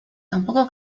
tampoco